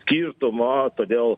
skirtumo todėl